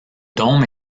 dôme